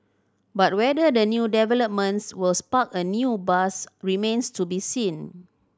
but whether the new developments will spark a new buzz remains to be seen